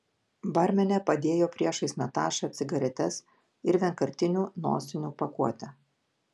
barmenė padėjo priešais natašą cigaretes ir vienkartinių nosinių pakuotę